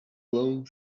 blowing